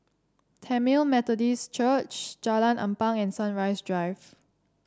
Tamil Methodist Church Jalan Ampang and Sunrise Drive